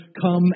come